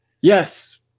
Yes